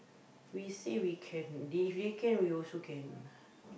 we say we can they if they can we also can